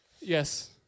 Yes